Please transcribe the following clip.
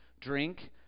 drink